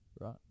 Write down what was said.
right